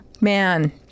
Man